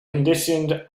conditioned